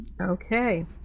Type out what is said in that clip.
Okay